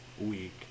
week